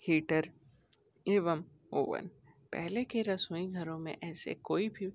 heater एवं oven पहले के रसोई घरों में ऐसे कोई भी